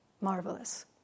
marvelous